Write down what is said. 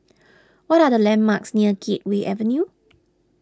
what are the landmarks near Gateway Avenue